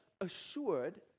assured